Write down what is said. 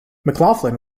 mclaughlin